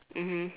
mmhmm